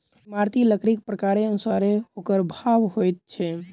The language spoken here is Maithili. इमारती लकड़ीक प्रकारक अनुसारेँ ओकर भाव होइत छै